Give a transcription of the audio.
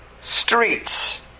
streets